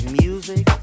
music